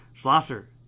Schlosser